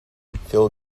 phil